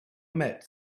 met